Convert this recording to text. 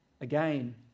Again